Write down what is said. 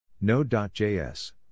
Node.js